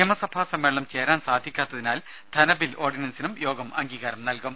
നിയമസഭാ സമ്മേളനം ചേരാൻ സാധിക്കാത്തതിനാൽ ധനബിൽ ഓർഡിനൻസിനും യോഗം അംഗീകാരം നൽകും